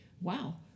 wow